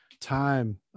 time